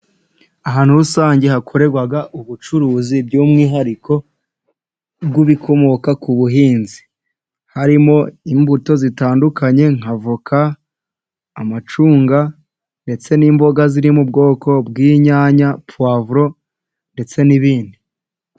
Ahantu rusange hakorerwa ubucuruzi by'umwihariko bw'ibikomoka ku buhinzi. Harimo imbuto zitandukanye nka voka, amacunga, ndetse n'imboga ziri mu bwoko bw'inyanya, puwavuro, ndetse n'ibindi